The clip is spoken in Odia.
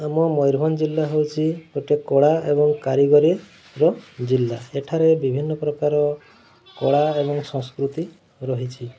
ଆମ ମୟୂରଭଞ୍ଜ ଜିଲ୍ଲା ହେଉଛି ଗୋଟେ କଳା ଏବଂ କାରିଗରୀର ଜିଲ୍ଲା ଏଠାରେ ବିଭିନ୍ନ ପ୍ରକାର କଳା ଏବଂ ସଂସ୍କୃତି ରହିଛି